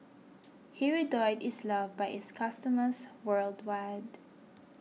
Hirudoid is loved by its customers worldwide